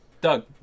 Doug